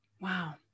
Wow